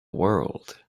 world